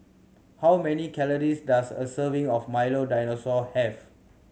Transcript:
how many calories does a serving of Milo Dinosaur have